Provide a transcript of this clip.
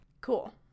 Cool